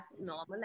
normal